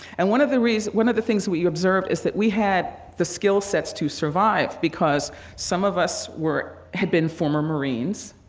and one of the reasons one of the things we observed is that we had the skill sets to survive because some of us were had been former marines.